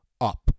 up